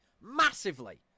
Massively